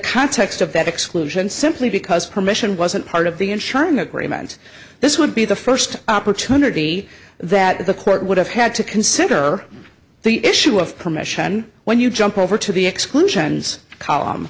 context of that exclusion simply because permission wasn't part of the in sharm agreement this would be the first opportunity that the court would have had to consider the issue of permission when you jump over to the exclusions column